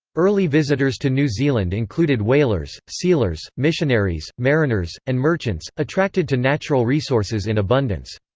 early visitors to new zealand included whalers, sealers, missionaries, mariners, and merchants, attracted to natural resources in abundance.